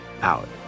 out